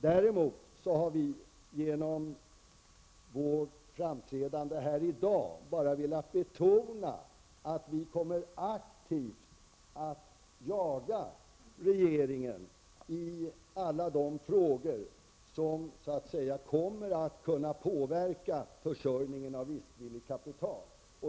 Däremot har vi genom vårt framträdande här i dag velat betona att vi kommer att aktivt jaga regeringen i alla de frågor som kommer att kunna påverka försörjningen av riskvilligt kapital.